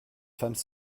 femmes